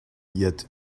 yet